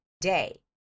day